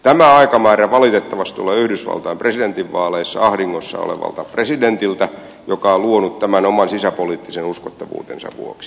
tämä aikamäärä valitettavasti tulee yhdysvaltain presidentinvaaleissa ahdingossa olevalta presidentiltä joka on luonut tämän oman sisäpoliittisen uskottavuutensa vuoksi